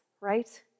right